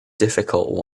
difficult